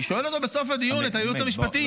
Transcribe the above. אני שואל אותו בסוף הדיון את הייעוץ המשפטי: